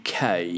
UK